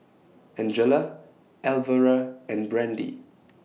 Angela Alvera and Brandee